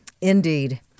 Indeed